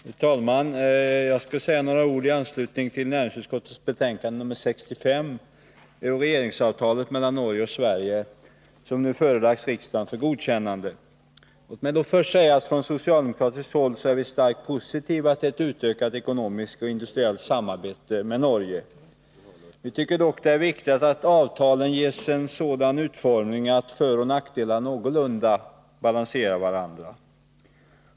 Fru talman! Jag skall säga några ord i anslutning till näringsutskottets betänkande nr 65. Det gäller regeringsavtalet mellan Norge och Sverige som nu förelagts riksdagen för godkännande. Låt mig då först säga att från socialdemokratiskt håll är vi starkt positiva till ett utökat ekonomiskt och industriellt samarbete med Norge. Vi tycker dock att det är viktigt att avtalen ges en sådan utformning att föroch nackdelar någorlunda balanserar varandra.